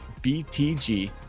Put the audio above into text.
BTG